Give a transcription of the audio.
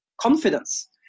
confidence